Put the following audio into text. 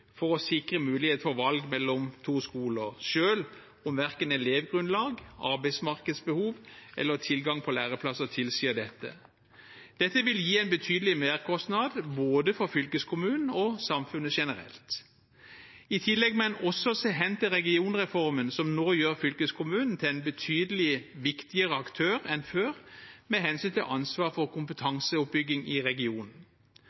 for å sikre mulighet for valg mellom to skoler, selv om verken elevgrunnlag, arbeidsmarkedsbehov eller tilgang på læreplasser tilsier dette. Det vil gi en betydelig merkostnad for både fylkeskommunene og samfunnet generelt. I tillegg må en også se hen til regionreformen, som nå gjør fylkeskommunen til en betydelig viktigere aktør enn før, med hensyn til ansvar for